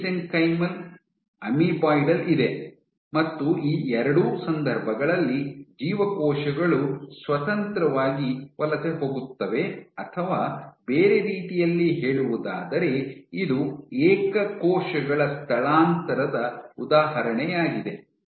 mesenchymal amoeboidal ಇದೆ ಮತ್ತು ಈ ಎರಡೂ ಸಂದರ್ಭಗಳಲ್ಲಿ ಜೀವಕೋಶಗಳು ಸ್ವತಂತ್ರವಾಗಿ ವಲಸೆ ಹೋಗುತ್ತವೆ ಅಥವಾ ಬೇರೆ ರೀತಿಯಲ್ಲಿ ಹೇಳುವುದಾದರೆ ಇದು ಏಕ ಕೋಶಗಳ ಸ್ಥಳಾಂತರದ ಉದಾಹರಣೆಯಾಗಿದೆ